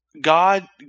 God